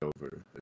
over